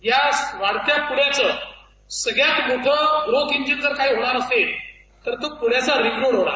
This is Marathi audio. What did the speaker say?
या वाढत्या पुण्याचं सगळ्यात मोठं ग्रोथ इंजिन जर काही होणार असेल तर तो पुण्याचा रिंगरोड होणार